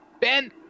Ben